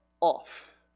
off